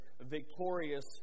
victorious